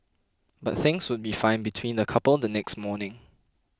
but things would be fine between the couple the next morning